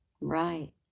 Right